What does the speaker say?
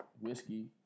whiskey